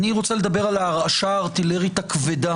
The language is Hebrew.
אני רוצה לדבר על ההרשעה הארטילרית הכבדה